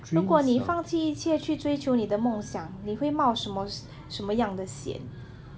如果你放弃一切去追求你的梦想你会冒什么什么样的险